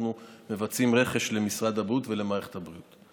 אנחנו מבצעים רכש למשרד הבריאות ולמערכת הבריאות.